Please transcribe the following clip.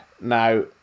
Now